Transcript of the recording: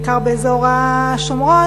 בעיקר באזור השומרון,